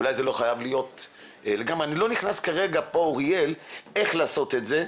ואני לא נכנס כרגע איך לעשות את זה,